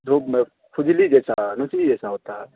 دھوپ میں کھجلی جیسا نچلی جیسا ہوتا ہے